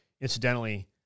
Incidentally